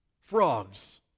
Frogs